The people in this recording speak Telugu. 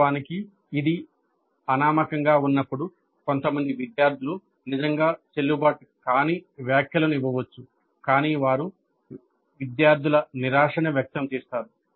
వాస్తవానికి ఇది అనామకంగా ఉన్నప్పుడు కొంతమంది విద్యార్థులు నిజంగా చెల్లుబాటు కాని వ్యాఖ్యలను ఇవ్వవచ్చు కానీ వారు విద్యార్థుల నిరాశను వ్యక్తం చేస్తారు